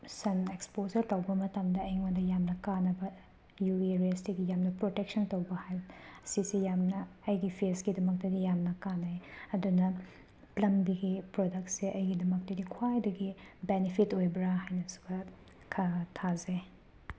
ꯁꯟ exposure ꯇꯧꯕ ꯃꯇꯝꯗ ꯑꯩꯉꯣꯟꯗ ꯌꯥꯝꯅ ꯀꯥꯅꯕ ꯌꯨ ꯚꯤ ꯔꯦꯁꯇꯒꯤ ꯌꯥꯝꯅ ꯄ꯭ꯔꯣꯇꯦꯛꯁꯟ ꯇꯧꯕ ꯑꯁꯤꯁꯤ ꯌꯥꯝꯅ ꯑꯩꯒꯤ ꯐꯦꯁꯀꯤꯗꯃꯛꯇꯗꯤ ꯌꯥꯝꯅ ꯀꯥꯅꯩ ꯑꯗꯨꯅ ꯄ꯭ꯂꯝꯗꯒꯤ ꯄ꯭ꯔꯣꯗꯛꯁꯦ ꯑꯩꯒꯤꯗꯃꯛꯇꯗꯤ ꯈ꯭ꯋꯥꯏꯗꯒꯤ ꯕꯦꯅꯤꯐꯤꯠ ꯑꯣꯏꯕ꯭ꯔꯥ ꯍꯥꯏꯅꯁꯨ ꯊꯥꯖꯩ